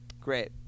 Great